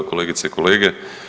Kolegice i kolege.